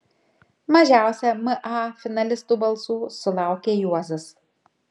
mažiausia ma finalistų balsų sulaukė juozas